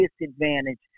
disadvantage